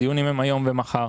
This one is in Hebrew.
הדיונים הם היום ומחר.